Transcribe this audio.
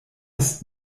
ist